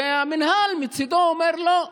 והמינהל מצידו אומר: לא,